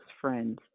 friends